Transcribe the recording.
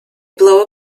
blow